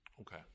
Okay